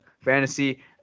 Fantasy